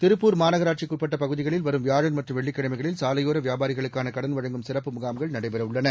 திருப்பூர் மாநகராட்சிக்குஉட்பட்டபகுதிகளில் வரும் வியாழன் மற்றும் வெள்ளிக்கிழமைகளில் சாலையோரவியாபாரிகளுக்கானகடன் வழங்கும் சிறப்பு முகாம்கள் நடைபெறவுள்ளன